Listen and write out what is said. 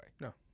No